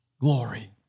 glory